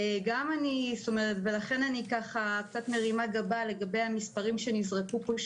לכן אני קצת מרימה גבה לגבי המספרים שנזרקו פה,